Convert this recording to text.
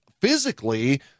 physically